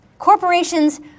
Corporations